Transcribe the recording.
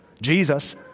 Jesus